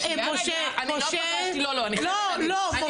אני חייבת להגיד, --- משה יש לך דקה.